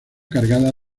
cargada